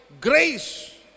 grace